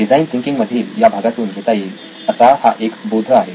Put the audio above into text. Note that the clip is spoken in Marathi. डिझाईन थिंकिंग मधील या भागातून घेता येईल असा हा एक बोध आहे